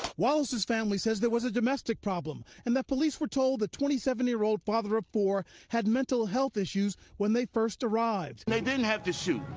wallace's family says there was a domestic problem, and police were told the twenty seven year old father of four had mental health issues when they first arrived. they didn't have to shoot.